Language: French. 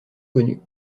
connue